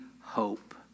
hope